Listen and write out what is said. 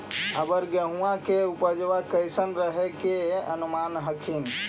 अबर गेहुमा के उपजबा कैसन रहे के अनुमान हखिन?